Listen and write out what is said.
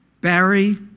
Barry